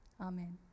Amen